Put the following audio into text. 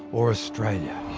or australia.